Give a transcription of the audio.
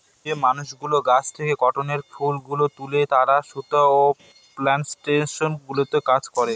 যে মানুষগুলো গাছ থেকে কটনের ফুল গুলো তুলে তারা সুতা প্লানটেশন গুলোতে কাজ করে